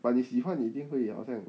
but 你喜欢你一定会好像